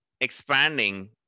expanding